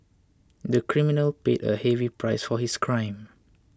the criminal paid a heavy price for his crime